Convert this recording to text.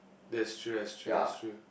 that's true that's true that's true